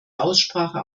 aussprache